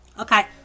Okay